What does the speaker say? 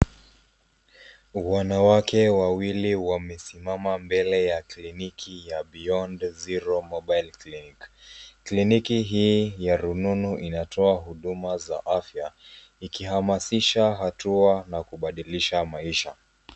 Wanawke wawili wamesimama mbele ya kliniki ya Beyond Zero Mobile Clinic. Kliniki hii ya rununu inatoa huduma za afya ikihamasisha hata na kubadilisha maisha.